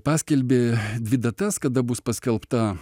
paskelbė dvi datas kada bus paskelbta